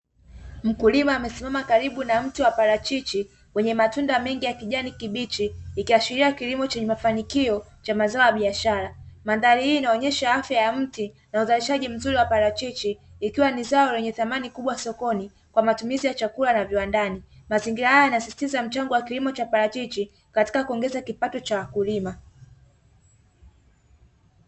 Mkulima amesimama karibu na mti wa parachichi wenye matunda mengi ya kijani kibichi, ikiashiria kilimo chenye mafanikio cha mazao ya biashara. Mandhari hii inaonyesha afya ya mti na uzalishaji mzuri wa parachichi ikiwa ni zao lenye thamani kubwa sokoni kwa matumizi ya chakula na viwandani. Mazingira haya yanasisitiza mchango wa kilimo cha parachichi katika kuongeza kipato cha wakulima.